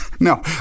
No